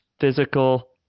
physical